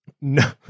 No